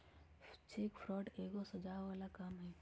cheque fraud एगो सजाओ बला काम हई